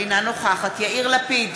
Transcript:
אינה נוכחת יאיר לפיד,